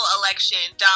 election